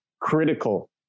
critical